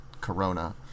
Corona